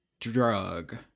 drug